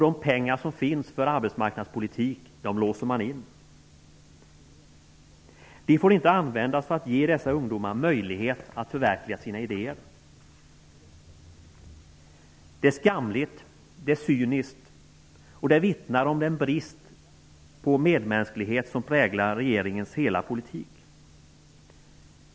De pengar som finns för arbetsmarknadspolitik låser man in. De får inte användas för att ge dessa ungdomar möjlighet att förverkliga sina idéer. Det är skamligt. Det är cyniskt. Det vittnar om den brist på medmänsklighet som präglar regeringens hela politik.